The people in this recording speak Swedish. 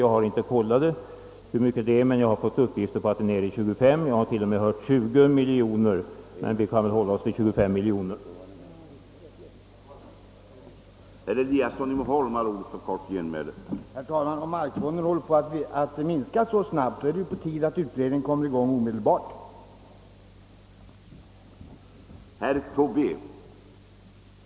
Jag har inte kollationerat summan, men jag har erhållit upp gifter om att den skulle vara nere i 25 miljoner eller kanske t.o.m. 20 miljoner kronor — låt mig för att inte ta till för mycket säga 25 miljoner kronor.